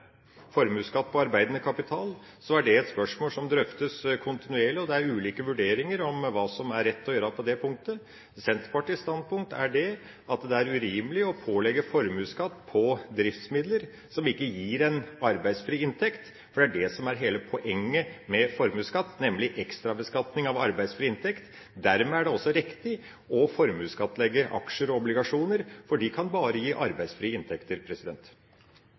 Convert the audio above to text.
formuesskatt på arbeidende kapital, er det et spørsmål som drøftes kontinuerlig, og det er ulike vurderinger av hva som er rett å gjøre på det punktet. Senterpartiets standpunkt er at det er urimelig å pålegge formuesskatt på driftsmidler som ikke gir en arbeidsfri inntekt. For det er det som er hele poenget med formuesskatt, nemlig ekstrabeskatning av arbeidsfri inntekt. Dermed er det også riktig å formuesskattlegge aksjer og obligasjoner, for de kan bare gi arbeidsfrie inntekter.